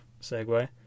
segue